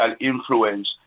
influence